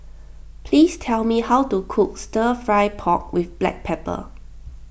please tell me how to cook Stir Fry Pork with Black Pepper